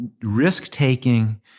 risk-taking